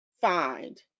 find